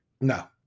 No